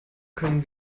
können